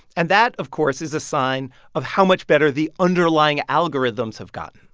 and that, of course, is a sign of how much better the underlying algorithms have gotten.